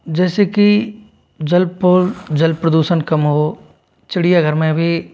जैसे की जलपुर जल प्रदूषण कम हो चिड़ियाघर में भी